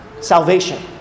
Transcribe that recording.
Salvation